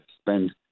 spend